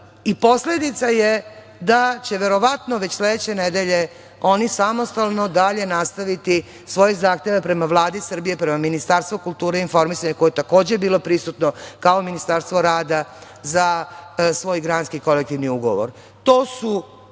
i posledica je da će verovatno već sledeće nedelje oni samostalno dalje nastaviti svoje zahteve prema Vladi Srbije, prema Ministarstvu kulture i informisanja, koje je takođe bilo prisutno kao Ministarstvo rada za svoj granjski kolektivni ugovor.